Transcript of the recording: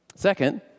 Second